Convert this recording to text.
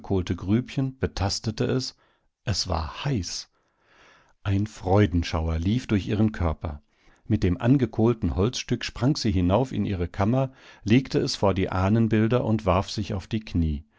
grübchen betastete es es war heiß ein freudenschauer lief durch ihren körper mit dem angekohlten holzstück sprang sie hinauf in ihre kammer legte es vor die ahnenbilder und warf sich auf die knie